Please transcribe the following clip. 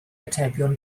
atebion